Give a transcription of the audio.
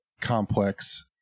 complex